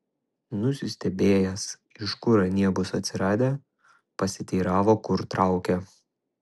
nusistebėjęs iš kur anie bus atsiradę pasiteiravo kur traukia